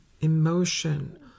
emotion